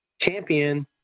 champion